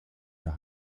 der